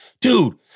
dude